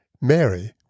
Mary